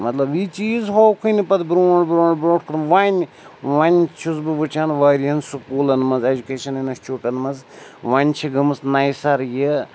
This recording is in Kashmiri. مطلب یہِ چیٖز ہووکھُے نہٕ پَتہٕ برٛونٛٹھ برٛونٛٹھ برٛونٛٹھ کُن وۄنۍ وۄنۍ چھُس بہٕ وٕچھان واریِہَن سکوٗلَن منٛز اٮ۪جوکیشَن اِنَسچوٗٹَن منٛز وۄنۍ چھِ گٔمٕژ نَیہِ سَرٕ یہِ